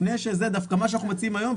לפני מה שאנחנו מציעים היום,